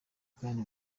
kandi